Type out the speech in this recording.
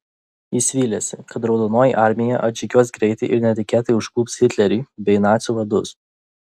jis vylėsi kad raudonoji armija atžygiuos greitai ir netikėtai užklups hitlerį bei nacių vadus